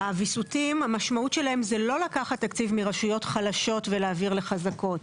הויסותים זה לא לקחת תקציב מרשויות חלשות ולהעביר לחזקות,